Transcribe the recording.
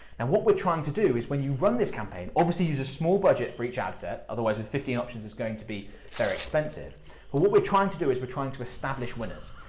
and what we're trying to do is when you run this campaign, obviously you use a small budget for each ad set. otherwise with fifteen options, it's going to be very expensive. but what we're trying to do is we're trying to establish winners.